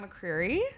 McCreary